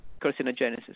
carcinogenesis